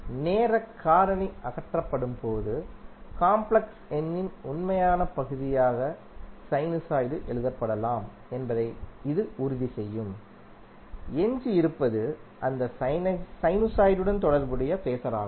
நேரக் காரணி அகற்றப்படும்போது காம்ப்ளெக்ஸ் எண்ணின் உண்மையான பகுதியாக சைனுசாய்டு எழுதப்படலாம் என்பதை இது உறுதி செய்யும் எஞ்சியிருப்பது அந்த சைனுசாய்டுடன் தொடர்புடைய ஃபேஸர் ஆகும்